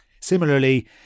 Similarly